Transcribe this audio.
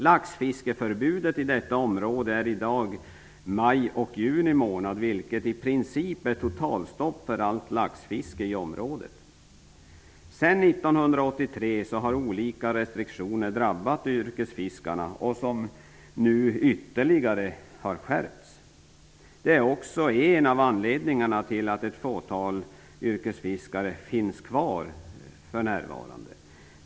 Laxfiskeförbudet i detta område råder i dag under maj och juni månad, då det i princip råder totalstopp för allt laxfiske i området. Sedan 1983 har olika restriktioner drabbat yrkesfiskarna, och dessa har nu ytterligare skärpts. Det är också en av anledningarna till att bara ett fåtal yrkesfiskare för närvarande finns kvar.